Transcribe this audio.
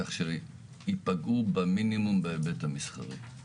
כך שייפגעו במינימום בהיבט המסחרי.